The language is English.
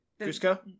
Cusco